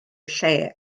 lle